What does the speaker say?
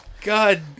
God